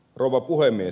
rouva puhemies